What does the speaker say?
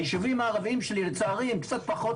היישובים הערבים שלי לצערי הם קצת פחות